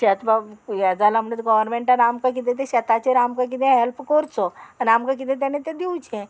शेत बाबा हें जालां म्हणोन गोवोरमेंटान आमकां किदें तें शेताचेर आमकां किदें हेल्प करचो आनी आमकां किदें तेणें तें दिवचें